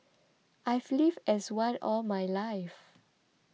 I've lived as one all my life